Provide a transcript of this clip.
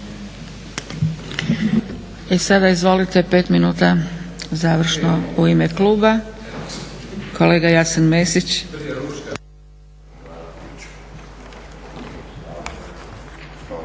I sada izvolite 5 minuta završno u ime kluba, kolega Jasen Mesić.